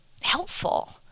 helpful